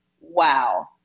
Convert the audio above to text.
wow